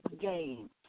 game